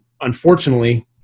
unfortunately